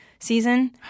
season